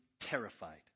terrified